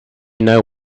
know